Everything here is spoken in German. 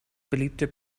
beliebte